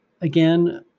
again